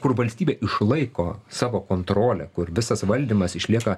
kur valstybė išlaiko savo kontrolę kur visas valdymas išlieka